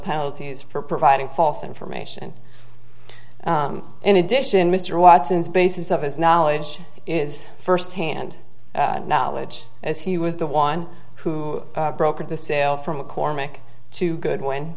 penalties for providing false information in addition mr watson's basis of his knowledge is first hand knowledge as he was the one who brokered the sale for mccormick to good